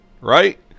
right